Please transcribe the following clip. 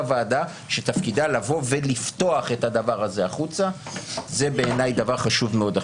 ועדה שתפקידה לפתוח את הדבר הזה החוצה זה בעיניי דבר חשוב מאוד.